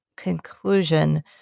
conclusion